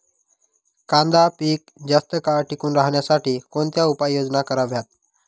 कांदा पीक जास्त काळ टिकून राहण्यासाठी कोणत्या उपाययोजना कराव्यात?